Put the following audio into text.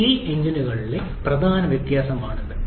CI എഞ്ചിനുകളിലെ പ്രധാന വ്യത്യാസമാണിത്